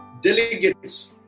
delegates